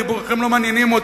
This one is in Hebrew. דיבוריכם לא מעניינים אותי.